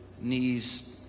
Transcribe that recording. knees